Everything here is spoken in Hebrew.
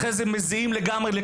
אחרי זה נכנסים לשיעור מזיעים לגמריי.